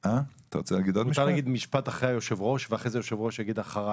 אפשר להגיד משפט אחרי היושב ראש ואחרי זה היושב ראש אחריי?